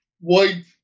white